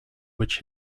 which